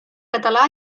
català